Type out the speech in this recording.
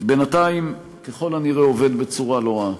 שבינתיים, ככל הנראה, עובד בצורה לא רעה.